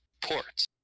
ports